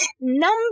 Number